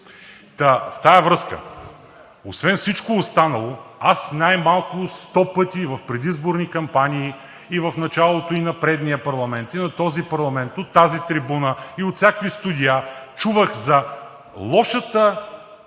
В тази връзка освен всичко останало аз най-малко сто пъти в предизборни кампании и в началото и на предния парламент, и на този парламент, от тази трибуна, и от всякакви студия чувах за лошата